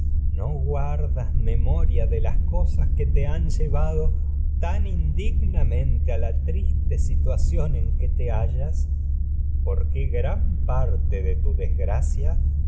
no tan guardas indigna de las cosas que te en llevado mente a la triste situación te hallas porque gran en parte de tu desgracia